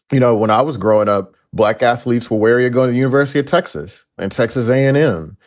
you know, when i was growing up, black athletes were where you go to the university of texas and texas a and m.